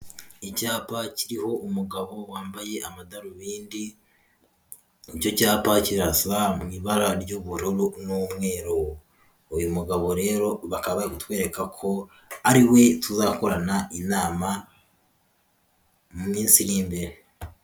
Icyapa kiriho umugabo wambaye amadarubindi, icyo cyapa kirasa mu ibara ry'ubururu n'umweru, uyu mugabo rero bakaba bari kutwereka ko ari we tuzakorana inama mu minsi iri imbere.